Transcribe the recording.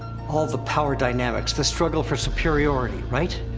all the power dynamics, the struggle for superiority, right?